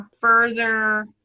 further